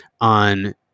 on